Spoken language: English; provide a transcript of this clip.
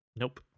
Nope